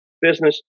business